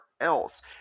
else